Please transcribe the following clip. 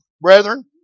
brethren